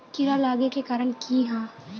कीड़ा लागे के कारण की हाँ?